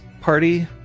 party